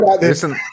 listen